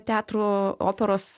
teatro operos